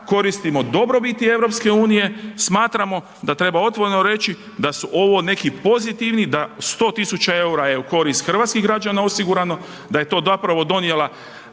koristimo dobrobiti EU, smatramo da treba otvoreno reći da su ovo neki pozitivni, da 100 tisuća eura je u korist hrvatskih građana osigurano, da je to zapravo donijela